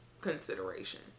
consideration